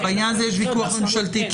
בעניין הזה יש ויכוח פנים-ממשלתי.